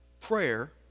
prayer